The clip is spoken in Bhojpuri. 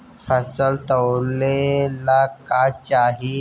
फसल तौले ला का चाही?